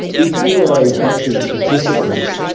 if you're a battery participant,